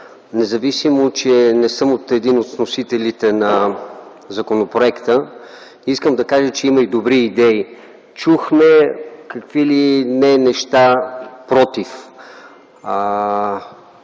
независимо че не съм един от вносителите на законопроекта. Искам да кажа, че има и добри идеи, макар че чухме какви ли не неща против.